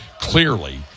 clearly